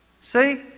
See